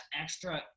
extra